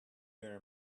very